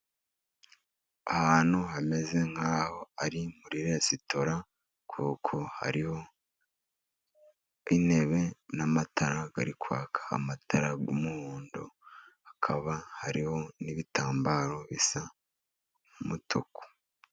Ahantu hameze nkaho ari muri resitora kuko hariho intebe n'amatara ari kwaka, amatara y'umuhondo, hakaba hariho n'ibitambaro bisa n'umutuku.